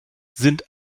sind